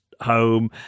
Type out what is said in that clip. home